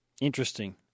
Interesting